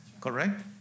Correct